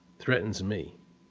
threatens me.